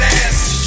ass